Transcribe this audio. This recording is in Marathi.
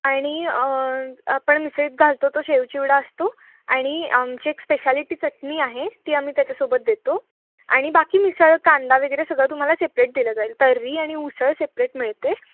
आणि आपण मिसळीत घालतो तो शेवचिवडा असतो आणि आमची एक स्पेशालिटी चटणी आहे ती आम्ही त्याच्यासोबत देतो आणि बाकी मिसळ कांदा वगैरे सगळं तुम्हाला सेपरेट दिलं जाईल तर्री आणि उसळ सेपरेट मिळते